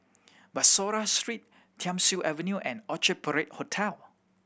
Bussorah Street Thiam Siew Avenue and Orchard Parade Hotel